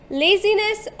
laziness